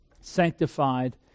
sanctified